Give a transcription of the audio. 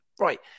Right